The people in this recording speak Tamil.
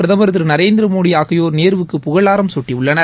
பிரதமர் திரு நரேந்திரமோடி ஆகியோர் நேருவுக்கு புகழாரம் சூட்டியுள்ளனர்